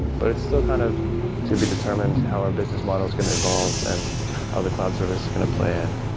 but it's still kind of to be determined how our business model is going to evolve and how the cloud service is going to plan.